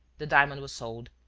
the diamond was sold.